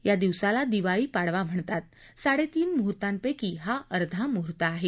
या दिवसाला दिवाळी पाडवा म्हणतात साडेतीन मुहूतीपैकी हा अर्धा मुहूर्त आहे